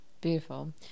Beautiful